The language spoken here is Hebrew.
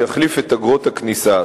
שיחליף את אגרות הכניסה,